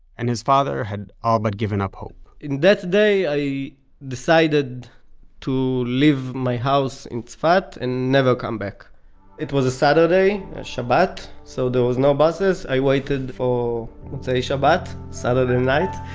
and his father had all but given up hope in that day i decided to leave my house in tzfat and never come back it was a saturday, a shabbat, so there were no buses. i waited for motzei shabbat, saturday night,